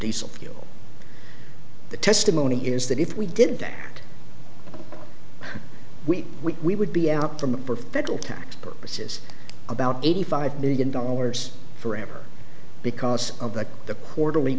diesel fuel the testimony is that if we did that we we we would be out from for federal tax purposes about eighty five million dollars forever because of the the quarterly